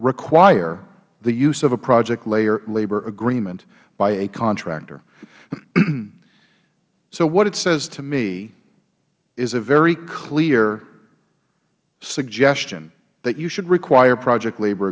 require the use of a project labor agreement by a contractor so what it says to me is a very clear suggestion that you should require project labor